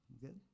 Good